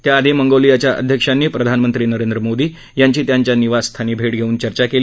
त्याआधी मंगोलियाच्या अध्यक्षांनी प्रधानमंत्री मोदी यांची त्यांच्या निवासस्थानी भेट घेवून चर्चा केली